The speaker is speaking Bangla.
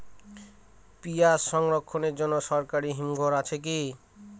পিয়াজ সংরক্ষণের জন্য সরকারি হিমঘর আছে কি?